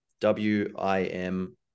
W-I-M